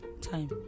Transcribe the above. time